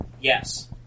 Yes